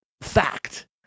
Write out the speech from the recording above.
fact